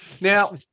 Now